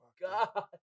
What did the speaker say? God